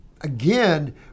again